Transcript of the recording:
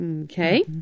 Okay